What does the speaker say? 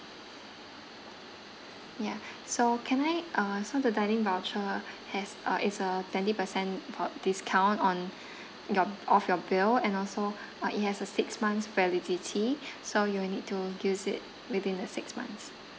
ya so can I uh so the dining voucher has uh it's a twenty percent po~ discount on your b~ off your bill and also uh it has a six months validity so you'll need to use it within the six months